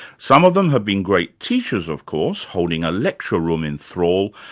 some of them have been great teachers, of course, holding a lecture room in thrall,